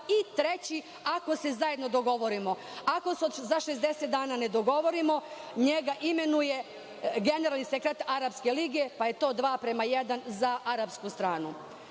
i treći ako se zajedno dogovorimo. Ako se za 60 dana ne dogovorimo njega imenuje generalni sekretar arapske lige pa je to 2:1 za arapsku stranu. Kratko